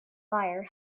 fire